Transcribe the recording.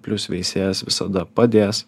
plius veisėjas visada padės